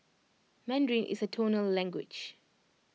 Mandarin is A tonal language